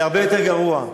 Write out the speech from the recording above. זה הרבה יותר גרוע.